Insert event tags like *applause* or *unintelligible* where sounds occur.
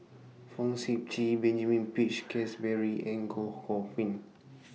Fong Sip Chee Benjamin Peach Keasberry and Goh *unintelligible*